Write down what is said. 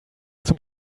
zum